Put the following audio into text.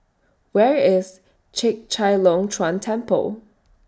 Where IS Chek Chai Long Chuen Temple